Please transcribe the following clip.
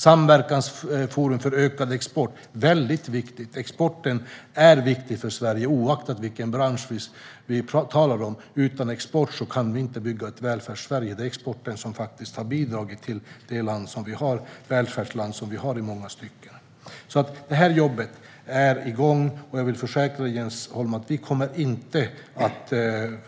Samverkansforum för ökad export är mycket viktigt. Exporten är viktig för Sverige oavsett vilken bransch vi talar om. Utan export kan vi inte bygga ett Välfärdssverige; exporten har i många stycken bidragit till det välfärdsland som Sverige är. Det här jobbet är alltså igång, och jag vill försäkra Jens Holm om att vi inte kommer att